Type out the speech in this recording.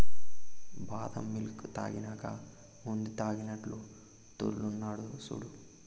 బాదం మిల్క్ తాగినాక మందుతాగినట్లు తూల్తున్నడు సూడు